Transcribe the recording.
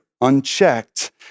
unchecked